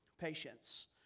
patience